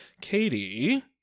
Katie